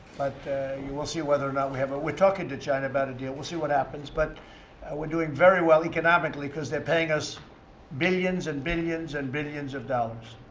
you will see whether or not we have a we're talking to china about a deal. we'll see what happens. but we're doing very well economically because they're paying us billions and billions and billions of dollars.